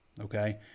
Okay